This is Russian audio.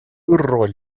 роль